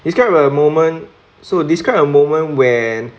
describe a moment so describe a moment when